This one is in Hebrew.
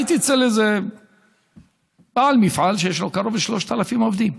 הייתי אצל בעל מפעל שיש לו קרוב ל-3,000 עובדים.